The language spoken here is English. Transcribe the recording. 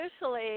usually